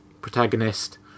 protagonist